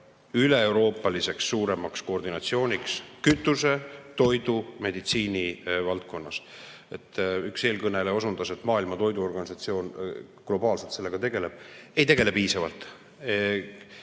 üleeuroopaliseks suuremaks koordinatsiooniks kütuse-, toidu- ja meditsiinivaldkonnas. Üks eelkõneleja osundas, et Maailma Toiduorganisatsioon globaalselt sellega tegeleb. Ei tegele piisavalt.